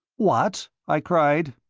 what? i cried.